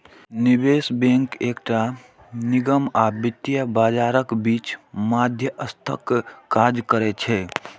निवेश बैंक एकटा निगम आ वित्तीय बाजारक बीच मध्यस्थक काज करै छै